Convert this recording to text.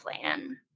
plan